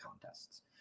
contests